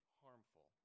harmful